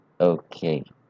Okay